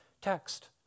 text